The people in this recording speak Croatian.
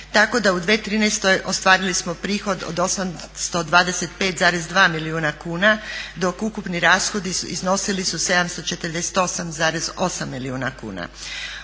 tako da smo u 2013.ostvarili prihod od 825,2 milijuna kuna dok su ukupni rashodi iznosili 748,8 milijuna kuna.